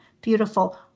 beautiful